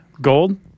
Gold